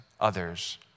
others